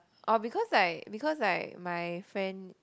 or because like because like my friend